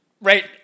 Right